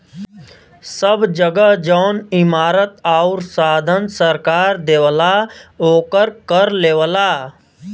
सब जगह जौन इमारत आउर साधन सरकार देवला ओकर कर लेवला